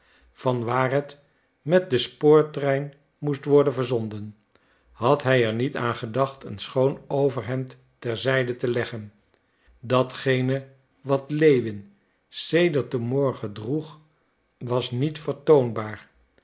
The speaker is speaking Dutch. vanwaar het met den spoortrein moest worden verzonden had hij er niet aan gedacht een schoon overhemd ter zijde te leggen datgene wat lewin sedert den morgen droeg was niet vertoonbaar